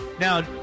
now